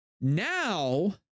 Now